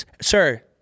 Sir